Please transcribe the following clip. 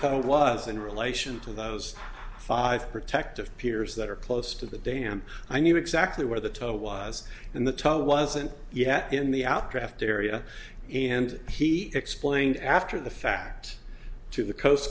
tunnel was in relation to those five protective peers that are close to the dam i knew exactly where the tow was and the time wasn't yet in the out craft area and he explained after the fact to the coast